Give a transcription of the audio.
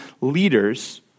leaders